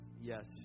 Yes